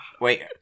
Wait